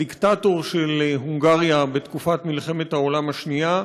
הדיקטטור של הונגריה בתקופת מלחמת העולם השנייה,